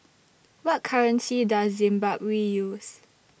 What currency Does Zimbabwe use